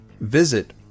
Visit